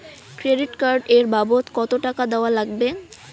Credit card এর বাবদ কতো টাকা দেওয়া লাগবে?